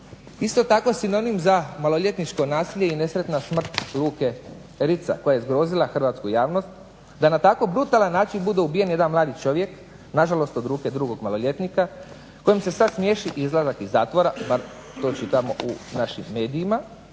Isto tako sinonim za maloljetničko nasilje i nesretna smrt Luke Rica koja je zgrozila hrvatsku javnost da na tako brutalan način bude ubijen jedan mladi čovjek nažalost od ruke drugog maloljetnika kojem se sada smiješi izlazak iz zatvora. To čitamo o našim medijima.